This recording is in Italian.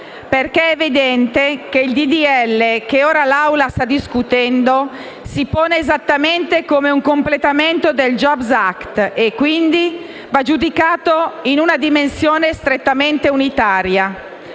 che il disegno di legge che ora l'Assemblea sta discutendo si pone esattamente come un completamento del *jobs act* e, quindi, va giudicato in una dimensione strettamente unitaria.